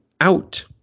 out